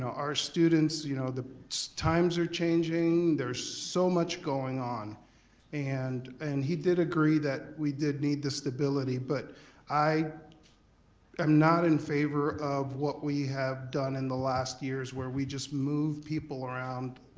our students, you know the times are changing. there's so much much going on and and he did agree that we did need the stability. but i am not in favor of what we have done in the last years where we just moved people around,